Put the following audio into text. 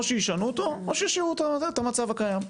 או שישנו אותו, או שישאירו את המצב הקיים.